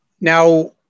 Now